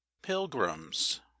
pilgrims